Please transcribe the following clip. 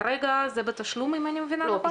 כרגע זה בתשלום, אם אני מבינה נכון?